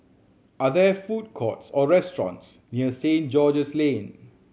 are there food courts or restaurants near Saint George's Lane